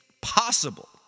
possible